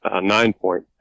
nine-point